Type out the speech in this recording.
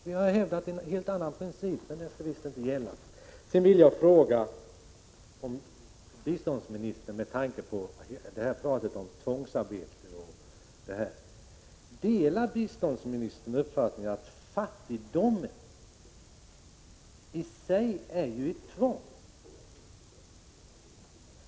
Vi har hävdat en helt annan princip, men den skall visst inte gälla. Med anledning av talet om tvångsarbete m.m. vill jag fråga om biståndsministern delar uppfattningen att fattigdomen i sig är ett tvång.